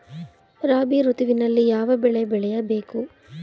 ರಾಬಿ ಋತುವಿನಲ್ಲಿ ಯಾವ ಬೆಳೆ ಬೆಳೆಯ ಬೇಕು?